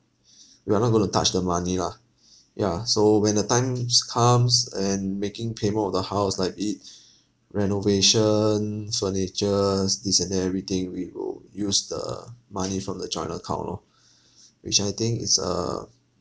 we are not going to touch the money lah yeah so when the times comes and making payment of the house like it renovations furnitures this and that everything we will use the money from the joint account loh which I think is a